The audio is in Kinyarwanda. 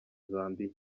zambia